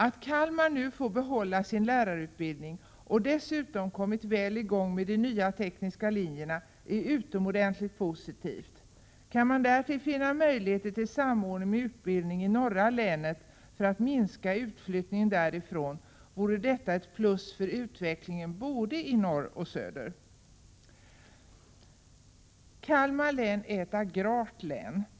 Att Kalmar nu får behålla sin lärarutbildning och dessutom kommit väl i gång med de nya tekniska linjerna är utomordentligt positivt. Kan man därtill finna möjligheter till samordning med utbildning i norra länet för att minska utflyttningen därifrån, vore detta ett plus för utvecklingen både i norr och i söder. Kalmar län är ett agrart län.